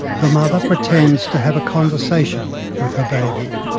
the mother pretends to have a conversation with her baby.